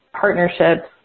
partnerships